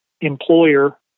employer